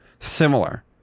Similar